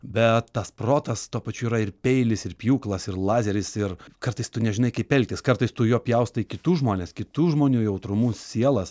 bet tas protas tuo pačiu yra ir peilis ir pjūklas ir lazeris ir kartais tu nežinai kaip elgtis kartais tu juo pjaustai kitus žmones kitų žmonių jautrumus sielas